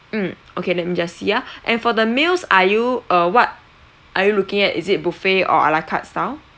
mm okay let me just see ah and for the meals are you uh what are you looking at is it buffet or ala carte style